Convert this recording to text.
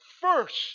first